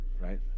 right